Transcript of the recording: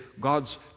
God's